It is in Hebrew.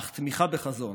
אך תמיכה בחזון,